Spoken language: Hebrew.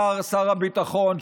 יברקן,